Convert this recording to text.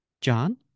john